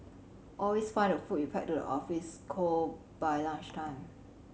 always find the food you pack to the office cold by lunchtime